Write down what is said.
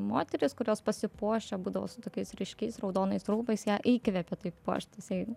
moterys kurios pasipuošę būdavo su tokiais ryškiais raudonais rūbais ją įkvėpė taip puoštis jai